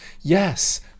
Yes